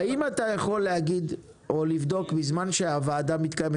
האם אתה יכול להגיד או לבדוק בזמן שהוועדה מתקיימת,